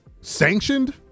sanctioned